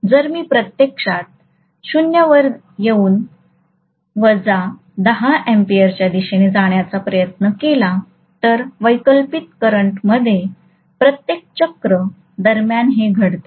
जर मी प्रत्यक्षात 0 वर येऊन वजा 10 एम्पियरच्या दिशेने जाण्याचा प्रयत्न केला तर वैकल्पिक करंटमध्ये प्रत्येक चक्र दरम्यान हे घडते